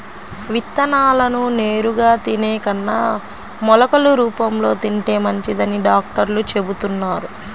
విత్తనాలను నేరుగా తినే కన్నా మొలకలు రూపంలో తింటే మంచిదని డాక్టర్లు చెబుతున్నారు